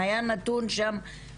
היה שם נתון מדהים,